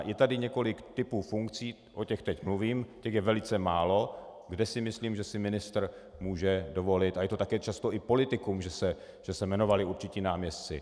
Je tady několik typů funkcí, o těch teď mluvím, těch je velice málo, kde si myslím, že si ministr může dovolit, a je to také často i politikum, že se jmenovali určití náměstci.